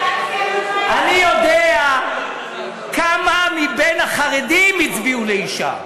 אני יודע כמה מבין החרדים הצביעו לאישה.